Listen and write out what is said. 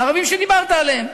הערבים שדיברת עליהם,